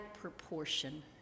proportion